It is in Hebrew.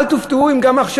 אל תופתעו אם גם עכשיו,